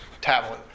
tablet